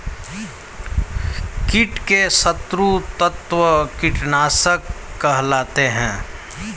कीट के शत्रु तत्व कीटनाशक कहलाते हैं